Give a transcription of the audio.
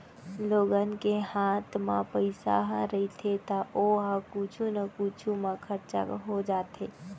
लोगन के हात म पइसा ह रहिथे त ओ ह कुछु न कुछु म खरचा हो जाथे